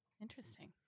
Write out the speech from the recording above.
Interesting